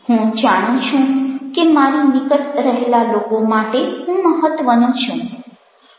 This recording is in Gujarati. હું જાણું છું કે મારી નિકટ રહેલા લોકો માટે હું મહત્વનો છું